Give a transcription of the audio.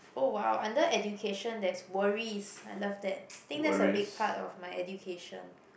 oh !wow! under education there's worries I love that I think that's a big part of my education